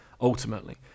ultimately